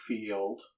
Field